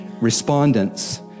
respondents